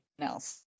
else